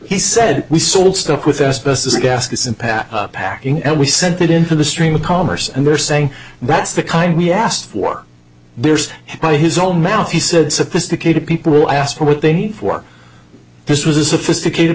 he said we sold stuff with asbestos gaskets and pat packing and we sent it into the stream of commerce and they're saying that's the kind we asked for theirs by his own mouth he said sophisticated people will ask for what they need for this was a sophisticated